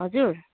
हजुर